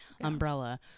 umbrella